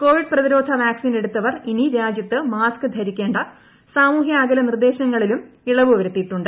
Covid പ്രതിരോധ vaccine എടുത്തവർ ഇനി രാജ്യത്ത് മാസ്ക്ക് ധരിക്കേണ്ട സാമൂഹ്യ അകല നിർദ്ദേശങ്ങളിലും ഇളവ് വരുത്തിയിട്ടുണ്ട്